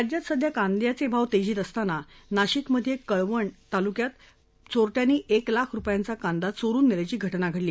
राज्यात सध्या कांद्याचचित्रव तस्तीत असताना नाशिकमध्यक्रिळवण तालुक्यात चोरट्यांनी एक लाख रूपयांचा कांदा चोरून नख्खाची घटना घडली